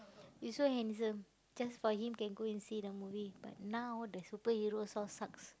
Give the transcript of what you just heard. he so handsome just for him can go and see the movie but now the superheroes all sucks